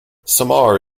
samar